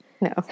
No